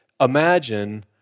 imagine